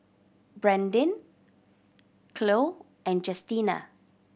Brandin Khloe and Justina